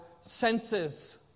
senses